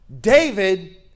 David